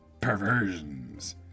perversions